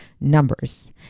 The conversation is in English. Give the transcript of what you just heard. numbers